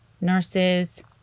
nurses